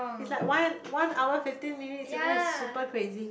is like one one hour fifteen minutes you know it's super crazy